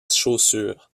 chaussure